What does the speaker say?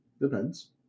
Depends